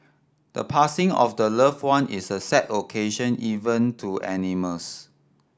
the passing of the loved one is a sad occasion even to animals